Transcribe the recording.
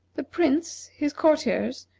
the prince, his courtiers,